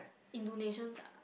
Indonesians ah